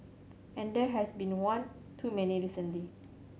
and there has been one too many recently